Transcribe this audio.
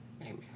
amen